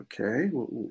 okay